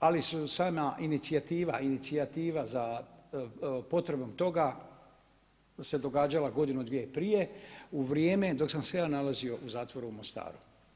ali sama inicijativa za potrebnu toga da se događala godinu, dvije prije u vrijeme dok sam se ja nalazio u zatvoru u Mostaru.